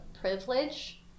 privilege